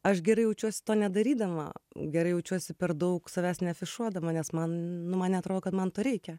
aš gerai jaučiuosi to nedarydama gerai jaučiuosi per daug savęs neafišuodama nes man nu man neatrodo kad man to reikia